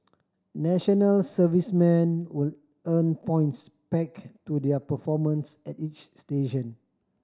national servicemen will earn points peg to their performance at each station